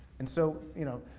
and so, you know,